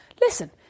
listen